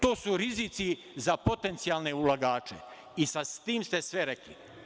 To su rizici za potencijalne ulagače i time ste sve rekli.